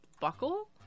buckle